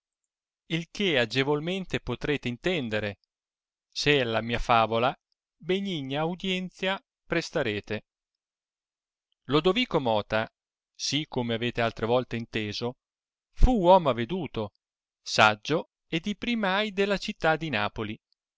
il che agevolmente potrete intendere se alla mia favola benigna audienza prestarete lodovico mota sì come avete altre volte inteso fu uomo aveduto saggio e di primai della città di isapoli